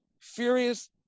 furious